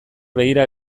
begira